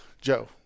Joe